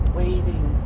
waiting